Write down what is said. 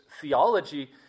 theology